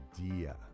idea